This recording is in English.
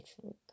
truth